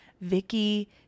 Vicky